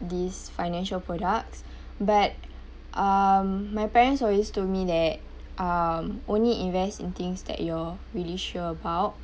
these financial products but um my parents always told me that um only invest in things that you're really sure about